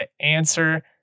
answer